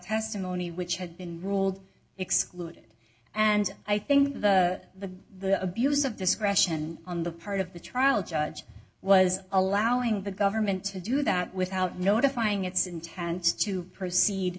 testimony which had been ruled excluded and i think the the abuse of discretion on the part of the trial judge was allowing the government to do that without notifying its intends to proceed